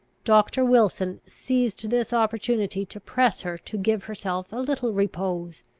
doctor wilson seized this opportunity to press her to give herself a little repose,